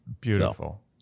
Beautiful